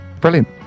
Brilliant